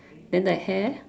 then the hair